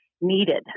needed